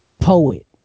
Poet